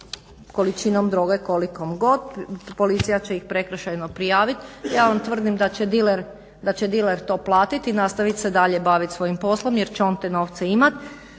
količinom droge kolikom god policija će ih prekršajno prijaviti. Ja vam tvrdim da će diler to platiti i nastaviti se dalje baviti svojim poslom jer će on te nove imati.